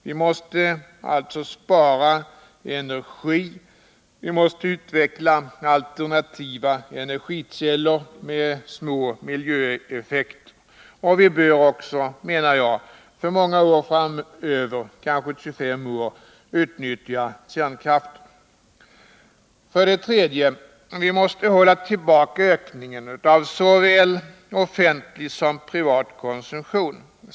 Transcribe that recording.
Vi måste alltså spara energi och utveckla alternativa energikällor med små miljöeffekter. Vidare bör vi, enligt min mening, under många år framöver — kanske 25 år — utnyttja kärnkraften. För det tredje måste vi hålla tillbaka ökningen av såväl offentlig som privat konsumtion.